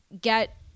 get